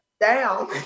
down